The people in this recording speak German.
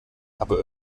aber